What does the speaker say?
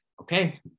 okay